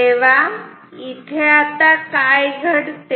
तेव्हा आता काय घडते